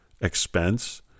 expense